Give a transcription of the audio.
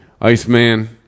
Iceman